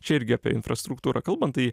čia irgi apie infrastruktūrą kalbant tai